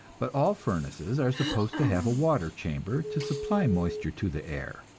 but all furnaces are supposed to have a water chamber to supply moisture to the air,